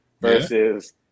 versus